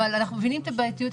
אבל אנחנו מבינים את הבעייתיות,